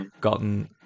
gotten